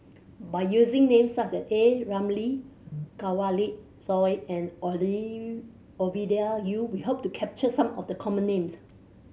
by using names such as A Ramli Kanwaljit Soin and Oli Ovidia Yu we hope to capture some of the common names